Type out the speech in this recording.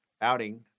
outing